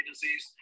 disease